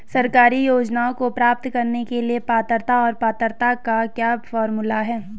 सरकारी योजनाओं को प्राप्त करने के लिए पात्रता और पात्रता का क्या फार्मूला है?